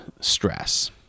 stress